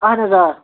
اَہَن حظ آ